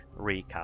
recap